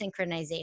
synchronization